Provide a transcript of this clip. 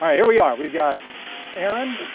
um here we are. we've got aaron,